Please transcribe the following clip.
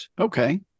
Okay